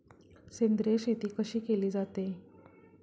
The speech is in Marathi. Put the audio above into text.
सेंद्रिय शेती कशी केली जाते?